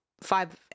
five